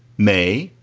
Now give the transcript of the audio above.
may,